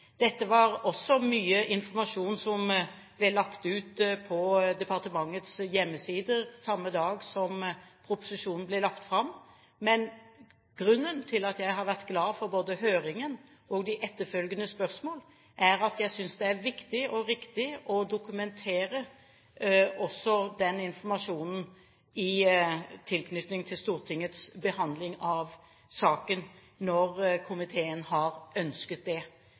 Dette var også mye informasjon som ble lagt ut på departementets hjemmesider samme dag som proposisjonen ble lagt fram. Men grunnen til at jeg har vært glad for både høringen og de etterfølgende spørsmålene, er at jeg synes det er viktig og riktig å dokumentere også den informasjonen i tilknytning til Stortingets behandling av saken når komiteen har ønsket det.